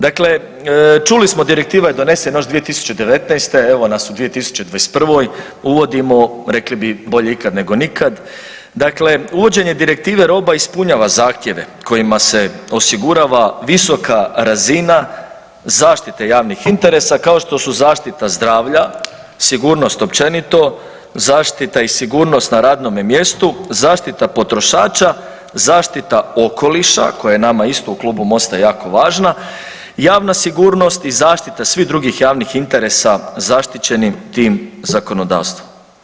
Dakle, čuli smo, direktiva je donesena 2019., evo nas u 2021., uvodimo rekli bi, bolje ikad nego nikad, dakle, uvođenje direktive roba ispunjava zahtjeve kojima se osigurava visoka razina zaštite javnih interesa kao što su zaštita zdravlja, sigurnost općenito, zaštita i sigurnost na radnome mjestu, zaštita potrošača, zaštita okoliša koja je nama isto u klubu MOST-a jako važna, javna sigurnost i zaštita svih drugih javnih interesa zaštićenim tim zakonodavstvom.